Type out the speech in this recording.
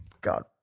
God